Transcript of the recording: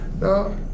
no